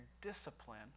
discipline